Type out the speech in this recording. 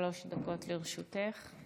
שלוש דקות לרשותך.